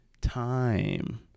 time